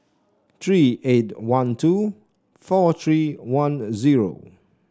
three eight one two four three one zero